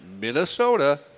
Minnesota